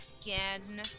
again